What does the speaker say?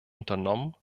unternommen